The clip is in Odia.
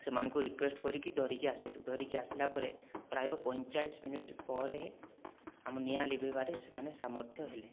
ସେମାନଙ୍କୁ ରିକ୍ୱେଷ୍ଟ କରିକି ଧରିକି ଆସିଲୁ ଧରିକି ଆସିଲା ପରେ ପ୍ରାୟ ପଞ୍ଚଚାଳିଶ ମିନଟ ପରେ ଆମ ନିଆଁ ଲିଭାଇବାରେ ସେମାନେ ସାମର୍ଥ୍ୟ ହେଲେ